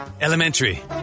Elementary